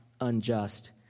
unjust